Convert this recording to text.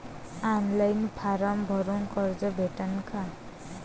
Online form भरून कर्ज भेटन का?